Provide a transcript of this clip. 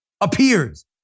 Appears